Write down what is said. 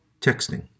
texting